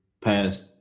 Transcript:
past